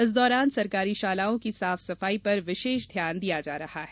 इस दौरान सरकारी शालाओं की साफ सफाई पर विशेष ध्यान दिया जा रहा है